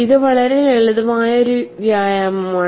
ഇത് വളരെ ലളിതമായ ഒരു വ്യായാമമാണ്